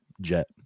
jet